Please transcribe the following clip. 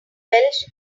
welsh